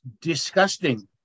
disgusting